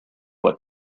what